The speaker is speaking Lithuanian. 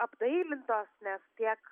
apdailintos nes tiek